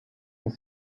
sont